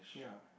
ya